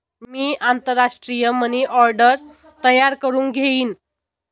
मी आंतरराष्ट्रीय money order तयार करुन घेईन